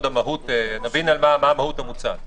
כל עוד נבין מה המהות המוצעת.